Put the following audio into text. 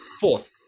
Fourth